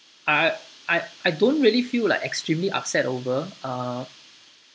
I I I don't really feel like extremely upset over uh